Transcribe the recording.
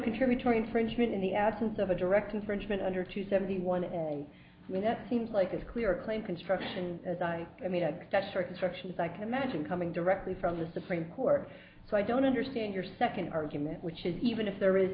contributory infringement in the absence of a direct infringement under two seventy one and when that seems like a clear claim construction as i i mean that certain sections i can imagine coming directly from the supreme court so i don't understand your second argument which is even if there is